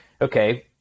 okay